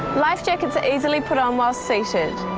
lifejackets are easily put on while seated,